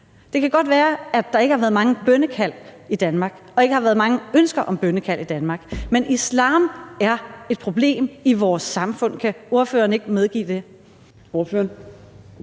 Det kan godt være, at der ikke har været mange bønnekald i Danmark og ikke har været mange ønsker om bønnekald i Danmark, men islam er et problem i vores samfund. Kan ordføreren ikke medgive det?